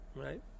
right